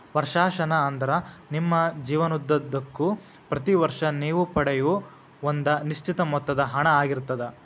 ವರ್ಷಾಶನ ಅಂದ್ರ ನಿಮ್ಮ ಜೇವನದುದ್ದಕ್ಕೂ ಪ್ರತಿ ವರ್ಷ ನೇವು ಪಡೆಯೂ ಒಂದ ನಿಶ್ಚಿತ ಮೊತ್ತದ ಹಣ ಆಗಿರ್ತದ